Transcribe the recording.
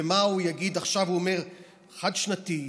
עכשיו הוא אומר חד-שנתי,